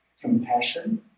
compassion